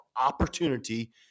opportunity